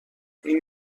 این